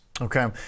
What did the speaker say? okay